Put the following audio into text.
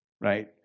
right